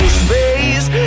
space